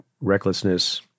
recklessness